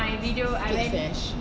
skate sesh